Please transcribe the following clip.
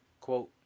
quote